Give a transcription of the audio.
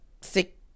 sick